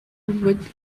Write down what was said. with